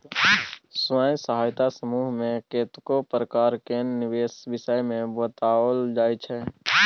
स्वयं सहायता समूह मे कतेको प्रकार केर निबेश विषय मे बताओल जाइ छै